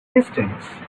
distance